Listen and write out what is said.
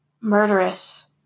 murderous